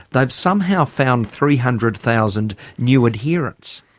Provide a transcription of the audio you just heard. they've somehow found three hundred thousand new adherents.